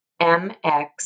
MX